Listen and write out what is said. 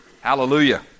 Hallelujah